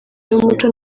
w’umuco